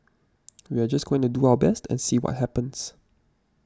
we are just going to do our best and see what happens